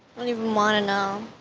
i don't even wanna know.